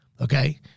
okay